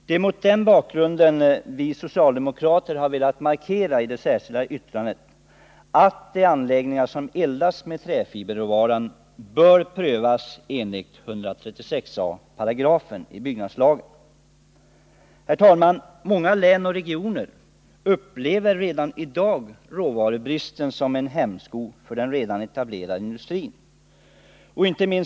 Det är mot den bakgrunden vi socialdemokrater i det särskilda yttrandet velat markera att anläggningar som eldas med träfiberråvara bör prövas enligt 136 a § i byggnadslagen. Herr talman! Många län och regioner upplever redan i dag råvarubristen som en hämsko på den redan etablerade industrin.